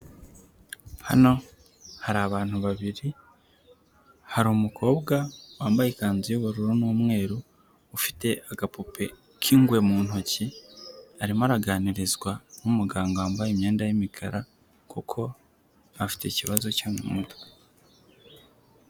Hano hari abantu babiri, hari umukobwa wambaye ikanzu y’ubururu n'umweru ufite agapupe k'ingwe mu ntoki, arimo araganirizwa n'umuganga wambaye imyenda y’imikara kuko afite ikibazo cyo mu nda.